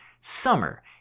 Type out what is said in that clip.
summer